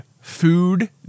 food